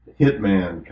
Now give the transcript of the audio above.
hitman